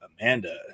Amanda